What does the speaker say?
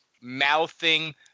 mouthing